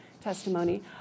testimony